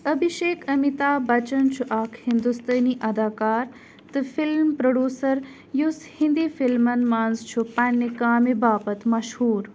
أبھِشیک امیتابھ بچن چھُ اکھ ہندُستٲنی اداکار تہٕ فلم پرٛوڈوٗسَر یُس ہِندی فِلمَن منٛز چھُ پنٛنہِ کامہِ باپتھ مشہوٗر